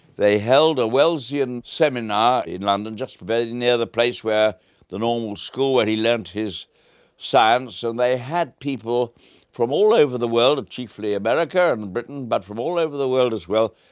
they held a wellsian seminar in london, just very near the place where the normal school where he learnt his science, and they had people from all over the world, chiefly america and and britain, but from all over the world as well,